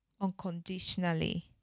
unconditionally